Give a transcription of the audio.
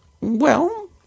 Well